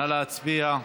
נא להצביע.